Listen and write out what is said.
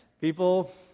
People